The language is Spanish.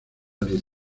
lis